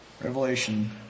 Revelation